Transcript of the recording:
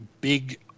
big